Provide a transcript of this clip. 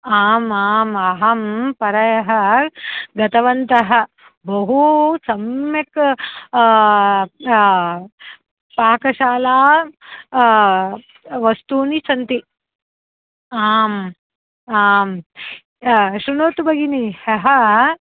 आम् आम् अहं परह्यः गतवन्तः बहु सम्यक् पाकशालावस्तूनि सन्ति आम् आम् श्रृणोतु भगिनि ह्यः